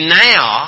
now